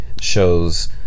shows